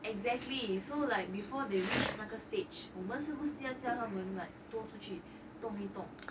exactly so like before they reached 那个 stage 我们是不是要叫他们 like 多出去动一动